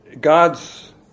God's